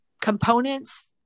components